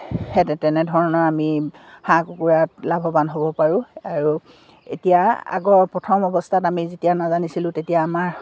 সেই তেনেধৰণৰ আমি হাঁহ কুকুৰাত লাভৱান হ'ব পাৰোঁ আৰু এতিয়া আগৰ প্ৰথম অৱস্থাত আমি যেতিয়া নাজানিছিলোঁ তেতিয়া আমাৰ